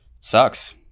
Sucks